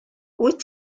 wyt